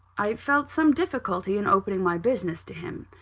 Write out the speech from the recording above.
i felt some difficulty in opening my business to him.